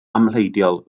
amhleidiol